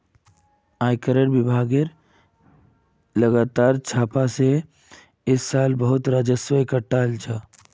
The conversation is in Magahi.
आयकरेर विभाग स लगातार छापा स इस सालेर राजस्व बहुत एकटठा हल छोक